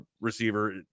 receiver